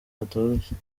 katoroshye